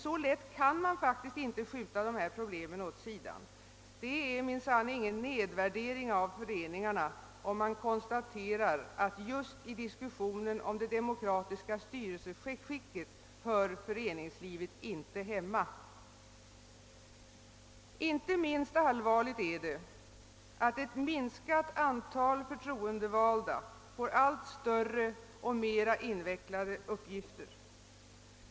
Så lätt kan man faktiskt inte skjuta dessa problem åt sidan. Det är minsann ingen nedvärdering av föreningarna, om man konstaterar att just i diskussionen om det demokratiska styrelseskicket hör föreningslivet inte hemma. Inte minst allvarligt är det att ett minskat antal förtroendevalda får allt större och mer invecklade uppgifter.